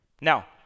Now